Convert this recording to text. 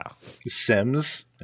Sims